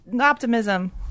Optimism